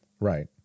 Right